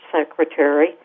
secretary